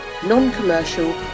non-commercial